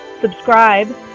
subscribe